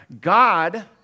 God